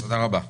תודה רבה.